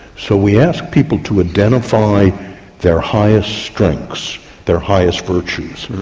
so we asked people to identify their highest strengths, their highest virtues.